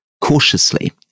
cautiously